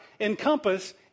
encompass